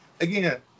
again